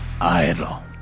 Idle